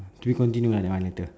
we continue ah that one later